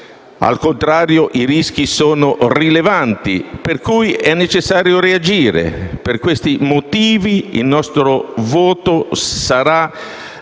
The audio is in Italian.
Al contrario, i rischi sono rilevanti ed è quindi necessario reagire. Per questi motivi, il nostro voto sulle